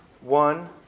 one